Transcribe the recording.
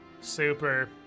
super